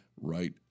right